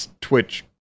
Twitch